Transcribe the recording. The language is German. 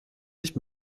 nicht